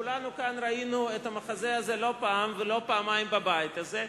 וכולנו כאן ראינו את המחזה הזה לא פעם ולא פעמיים בבית הזה,